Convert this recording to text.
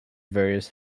various